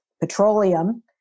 petroleum